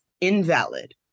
invalid